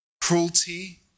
cruelty